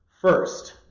First